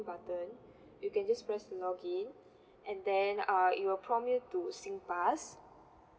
button you can just press login and then uh it will prompt you to singpass